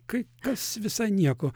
kai kas visai nieko